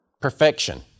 perfection